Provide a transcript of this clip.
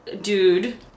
dude